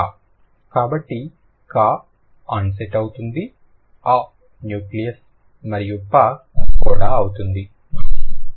pa కాబట్టి ka onset అవుతుంది a nucleus మరియు pa కోడా అవుతుంది